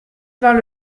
vint